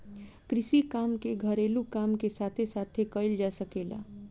कृषि काम के घरेलू काम के साथे साथे कईल जा सकेला